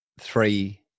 three